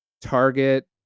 Target